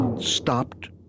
stopped